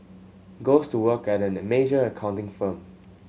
goes to work at a major accounting firm